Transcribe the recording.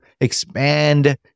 Expand